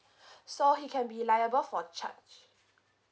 so he can be liable for charge